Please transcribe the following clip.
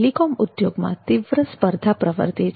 telecom ઉધોગમાં તીવ્ર સ્પર્ધા પ્રવર્તે છે